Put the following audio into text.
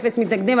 אין מתנגדים,